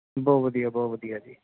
ਬਹੁਤ ਵਧੀਆ ਬਹੁਤ ਵਧੀਆ ਜੀ